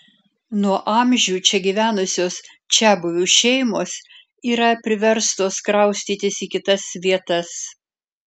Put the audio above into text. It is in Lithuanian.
nuo amžių čia gyvenusios čiabuvių šeimos yra priverstos kraustytis į kitas vietas